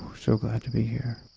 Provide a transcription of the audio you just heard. so glad to be here